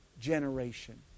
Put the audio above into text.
generation